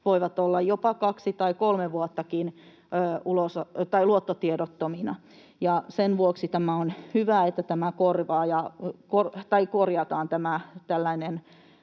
voivat olla jopa kaksi tai kolme vuottakin luottotiedottomina. Sen vuoksi on hyvä, että korjataan